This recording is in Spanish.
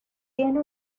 tiene